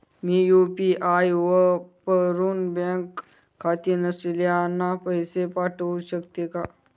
मी UPI वापरुन bank खाते नसलेल्यांना पैसे पाठवू शकते का?